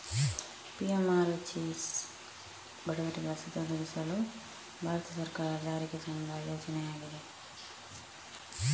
PMRHS ಬಡವರಿಗೆ ವಸತಿ ಒದಗಿಸಲು ಭಾರತ ಸರ್ಕಾರ ಜಾರಿಗೆ ತಂದ ಯೋಜನೆಯಾಗಿದೆ